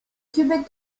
quebec